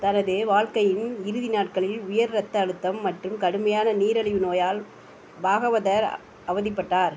தனது வாழ்க்கையின் இறுதி நாட்களில் உயர் ரத்த அழுத்தம் மற்றும் கடுமையான நீரிழிவு நோயால் பாகவதர் அவதிப்பட்டார்